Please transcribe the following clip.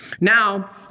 Now